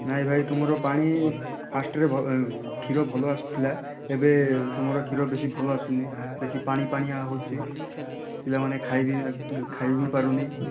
ନାଇଁ ଭାଇ ତୁମର ପାଣି ଫାର୍ଷ୍ଟରେ କ୍ଷୀର ଭଲ ଆସୁଥିଲା ଏବେ ତୁମର କ୍ଷୀର ବେଶୀ ଭଲ ଆସୁନି ବେଶୀ ପାଣି ପାଣିଆ ହେଉଛି ପିଲାମାନେ ଖାଇବି ପାରୁନି